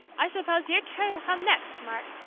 i suppose your turn will come next, mark,